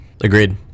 agreed